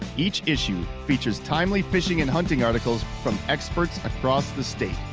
each issue, features timely fishing and hunting articles from experts across the state.